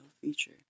feature